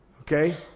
Okay